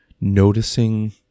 noticing